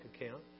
account